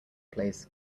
plays